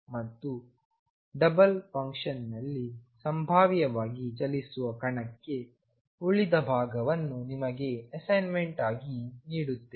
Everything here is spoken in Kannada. ಮತ್ತು ಡಬಲ್ ಫಂಕ್ಷನ್ನಲ್ಲಿ ಸಂಭಾವ್ಯವಾಗಿ ಚಲಿಸುವ ಕಣಕ್ಕೆ ಉಳಿದಭಾಗವನ್ನು ನಿಮಗೆ ಅಸೈನ್ಮೆಂಟ್ ಆಗಿ ನೀಡುತ್ತೇನೆ